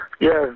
Yes